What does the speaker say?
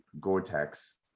Gore-Tex